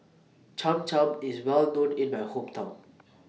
Cham Cham IS Well known in My Hometown